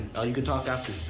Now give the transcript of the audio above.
you can talk after.